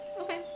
okay